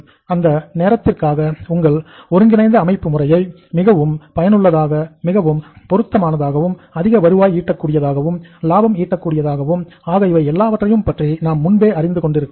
அந்த நோக்கத்திற்காக உங்கள் ஒருங்கிணைந்த அமைப்பு முறையை மிகவும் பயனுள்ளதாகவும் மிகவும் பொருத்தமானதாகவும் அதிக வருவாய் ஈட்ட கூடியதாகவும் லாபம் ஈட்ட கூடியதாகவும் ஆக இவை எல்லாவற்றையும் பற்றி நாம் முன்பே அறிந்து கொண்டிருக்க வேண்டும்